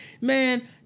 man